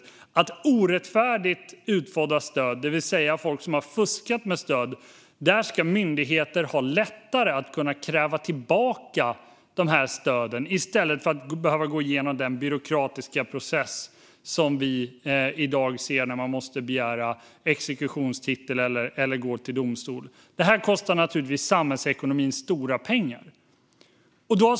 När det gäller stöd som man har fått orättfärdigt, det vill säga där människor har fuskat med stöd, ska myndigheter ha lättare att kräva tillbaka stöden i stället för att behöva gå igenom den byråkratiska process som vi i dag ser där man måste begära exekutionstitel eller gå till domstol. Det kostar naturligtvis samhällsekonomin stora pengar.